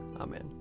Amen